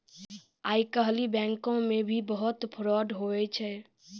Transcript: आइ काल्हि बैंको मे भी बहुत फरौड हुवै छै